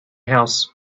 house